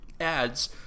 ads